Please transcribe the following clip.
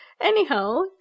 anyhow